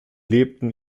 lebten